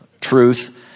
truth